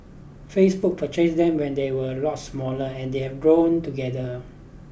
Facebook purchased them when they were a lot smaller and they have grown together